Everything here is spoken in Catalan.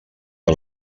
que